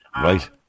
Right